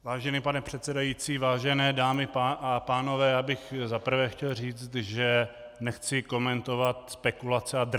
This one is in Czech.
Vážený pane předsedající, vážené dámy a pánové, já bych za prvé chtěl říct, že nechci komentovat spekulace a drby.